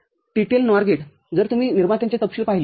तर TTL NOR gate जर तुम्ही निर्मात्यांचे तपशील पाहिले तर